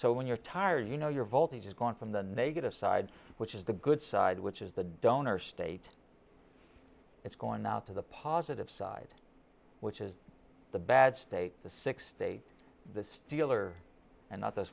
so when you're tired you know you're voltage is gone from the negative side which is the good side which is the donor state it's going out to the positive side which is the bad state the six day the dealer and those